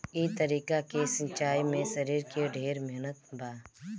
ई तरीका के सिंचाई में शरीर के ढेर मेहनत बा